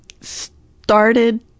started